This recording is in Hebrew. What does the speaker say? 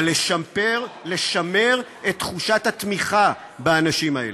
אבל לשפר ולשמר את תחושת התמיכה באנשים האלה.